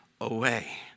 away